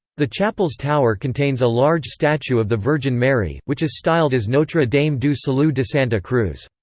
the chapel's tower contains a large statue of the virgin mary, which is styled as notre dame du salut de santa cruz.